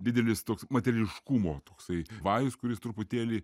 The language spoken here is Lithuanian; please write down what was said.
didelis toks materiališkumo toksai vajus kuris truputėlį